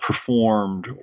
performed